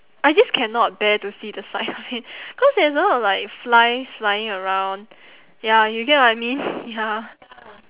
I just cannot bear to see the sight of it cause there's a lot of like flies flying around ya you get what I mean ya